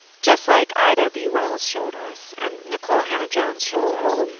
just like ida b. wells showed us, and nikole hannah jones shows us,